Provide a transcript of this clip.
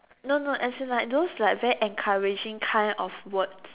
no no as in like those like very encouraging kind of words